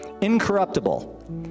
incorruptible